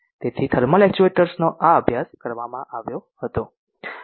તેથી thermal actuators નો આ અભ્યાસ કરવામાં આવ્યો હતો